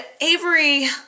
Avery